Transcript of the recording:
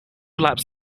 laps